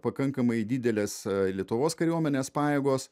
pakankamai didelės lietuvos kariuomenės pajėgos